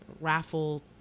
raffle